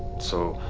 so,